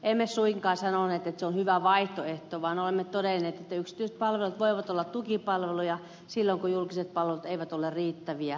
emme suinkaan sanoneet että se on hyvä vaihtoehto vaan olemme todenneet että yksityiset palvelut voivat olla tukipalveluja silloin kun julkiset palvelut eivät ole riittäviä